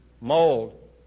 mold